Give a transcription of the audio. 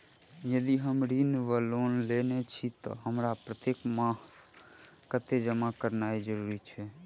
यदि हम ऋण वा लोन लेने छी तऽ हमरा प्रत्येक मास राशि जमा केनैय जरूरी छै?